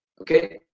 okay